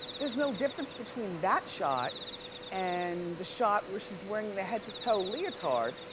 there's no difference between that shot and the shot where she's wearing the head-to-toe leotard,